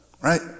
Right